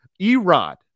Erod